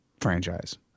franchise